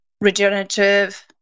regenerative